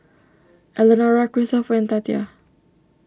Elenora Kristopher and Tatia